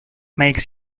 makes